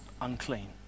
unclean